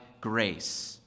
grace